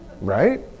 Right